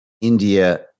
India